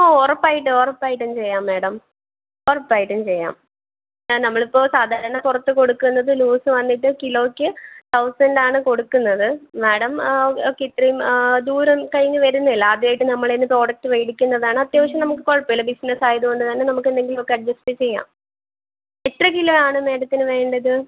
ആ ഉറപ്പായിട്ടും ഉറപ്പായിട്ടും ചെയ്യാം മേഡം ഉറപ്പായിട്ടും ചെയ്യാം നമ്മളിപ്പോൾ സാധാരണ പുറത്ത് കൊടുക്കുന്നത് ലൂസ് വന്നിട്ട് കിലോയ്ക്ക് തൗസൻ്റ് ആണ് കൊടുക്കുന്നത് മാഡം ഒക്കെ ഇത്രയും ദൂരം കഴിഞ്ഞ് വരുന്നതല്ലേ ആദ്യമായിട്ട് നമ്മളെ കയ്യിൽനിന്ന് പ്രോഡക്റ്റ് മേടിക്കുന്നതാണ് അത്യാവശ്യം നമുക്ക് കുഴപ്പമില്ല ബിസിനസ്സ് ആയതുകൊണ്ടൊക്കെ തന്നെ നമുക്ക് എന്തെങ്കിലുമൊക്കെ അഡ്ജസ്റ്റ് ചെയ്യാം എത്ര കിലോയാണ് മേഡത്തിന് വേണ്ടത്